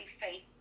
faith